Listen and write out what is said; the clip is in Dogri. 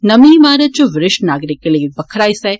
नमीं इमारत च वरिष्ठ नागरिके लेई बक्खरा हिस्सा ऐ